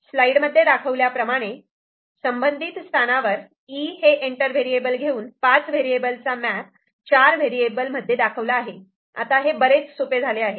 स्लाइडमध्ये दाखवल्याप्रमाणे संबंधित स्थानावर 'E' हे एंटर व्हेरिएबल घेऊन पाच वेरिएबल चा मॅप चार व्हेरिएबल मध्ये दाखवला आहे आता हे बरेच सोपे झाले आहे